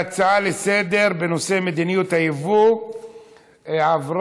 ההצעה לסדר-היום בנושא מדיניות הייבוא עברה,